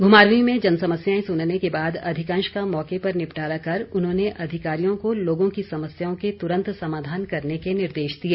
घुमारवी में जनसमस्याएं सुनने के बाद अधिकांश का मौके पर निपटारा कर उन्होंने अधिकारियों को लोगों की समस्याओं के त्रंत समाधान करने के निर्देश दिए